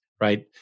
right